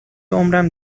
عمرم